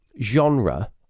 genre